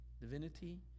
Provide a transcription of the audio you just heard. divinity